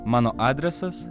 mano adresas